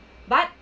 but